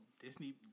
Disney